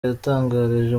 yatangarije